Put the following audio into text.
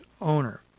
owner